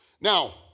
Now